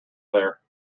there